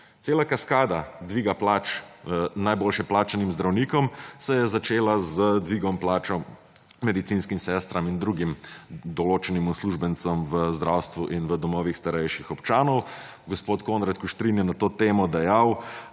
Cela kaskada dviga plač najboljše plačanim zdravnikom se je začela z dvigom plač medicinskim sestram in drugim določenim uslužbencem v zdravstvu in v domovih starejših občanov. Gospod Konrad Kuštrin je na to temo dejal,